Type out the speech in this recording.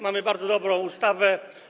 Mamy bardzo dobrą ustawę.